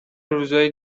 روزای